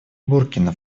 буркина